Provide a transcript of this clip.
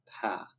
path